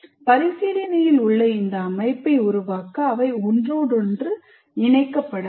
பரிசீலனையில் உள்ள அமைப்பை உருவாக்க அவை ஒன்றோடொன்று இணைக்கப்படலாம்